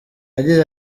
yagize